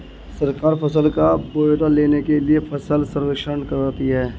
सरकार फसल का ब्यौरा लेने के लिए फसल सर्वेक्षण करवाती है